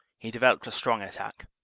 he developed a strong attack.